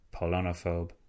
Polonophobe